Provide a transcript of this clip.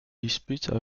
dispute